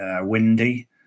windy